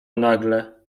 nagle